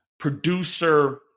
producer